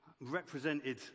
represented